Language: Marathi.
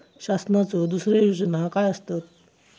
शासनाचो दुसरे योजना काय आसतत?